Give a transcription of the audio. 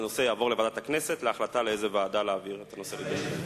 הנושא יעבור לוועדת הכנסת להחלטה לאיזו ועדה להעביר אותו לדיון.